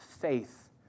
faith